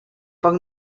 poc